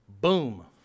Boom